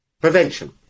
prevention